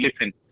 listen